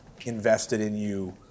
invested-in-you